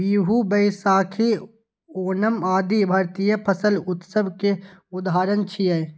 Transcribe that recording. बीहू, बैशाखी, ओणम आदि भारतीय फसल उत्सव के उदाहरण छियै